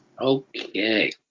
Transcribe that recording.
okay